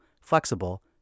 flexible